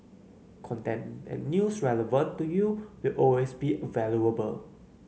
content and news relevant to you will always be a valuable